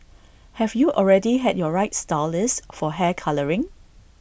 have you already had your right stylist for hair colouring